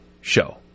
show